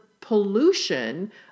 pollution